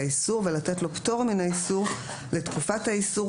האיסור ולתת לו פטור מן האיסור לתקופת האיסור,